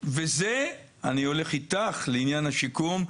ועם זה אני הולך איתך לעניין השיקום,